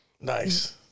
Nice